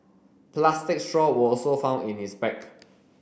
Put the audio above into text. plastic straw were also found in his bag